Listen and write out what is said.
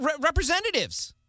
representatives